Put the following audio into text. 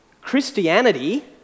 Christianity